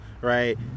right